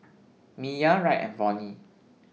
Miah Wright and Vonnie